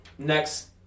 next